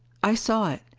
i saw it,